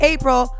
April